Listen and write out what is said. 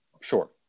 Sure